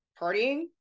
partying